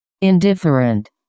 indifferent